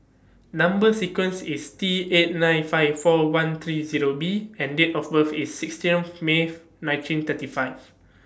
Number sequence IS T eight nine five four one three Zero B and Date of birth IS sixteen May nineteen thirty five